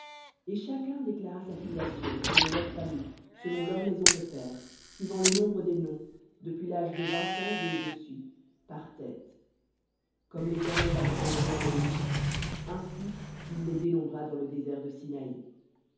et chacun déclara sa filiation selon leurs familles selon leurs maisons de pères suivant le nombre des noms depuis l'âge de vingt ans et au-dessus par tête comme l'éternel l'avait commandé à moïse ainsi il les dénombra dans le désert de